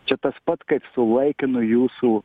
čia tas pat kaip su laikinu jūsų